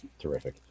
Terrific